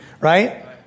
right